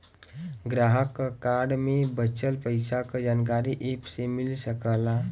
ग्राहक क कार्ड में बचल पइसा क जानकारी एप से मिल सकला